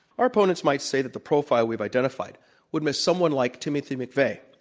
our opponents might say that the profile we've identified would miss someone like timothy mcveigh,